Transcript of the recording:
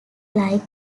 like